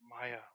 Maya